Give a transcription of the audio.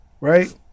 Right